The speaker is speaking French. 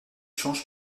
change